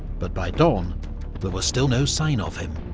but by dawn there was still no sign of him.